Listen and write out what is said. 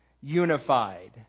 unified